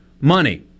Money